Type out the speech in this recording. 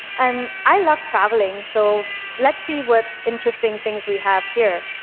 and i love traveling, so let's see what interesting things we have here.